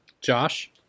Josh